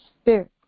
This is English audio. spirit